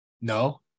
No